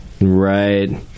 Right